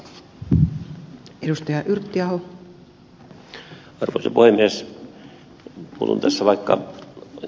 minulla on tässä kommentti vaikka ed